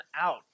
out